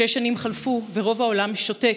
שש שנים חלפו ורוב העולם שותק,